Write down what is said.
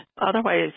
Otherwise